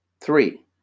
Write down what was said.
Three